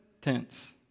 tense